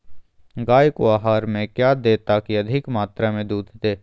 गाय को आहार में क्या दे ताकि अधिक मात्रा मे दूध दे?